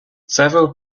several